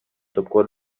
tocó